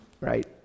Right